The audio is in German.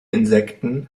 insekten